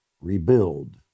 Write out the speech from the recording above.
rebuild